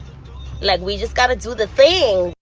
like, we just gotta do the thing,